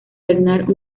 bernard